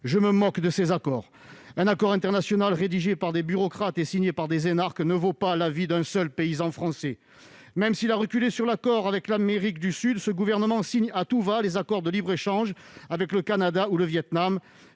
je me moque de ces accords ! Un accord international rédigé par des bureaucrates et signé par des énarques ne vaut pas la vie d'un seul paysan français. Même s'il a reculé sur l'accord avec l'Amérique du Sud, ce gouvernement signe à tout-va les accords de libre-échange avec le Canada ou le Vietnam.